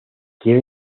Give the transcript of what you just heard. quiero